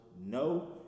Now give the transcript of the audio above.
no